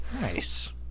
Nice